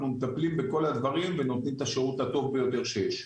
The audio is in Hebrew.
אנחנו מטפלים בכל הדברים ונותנים את השירות הטוב ביותר שיש.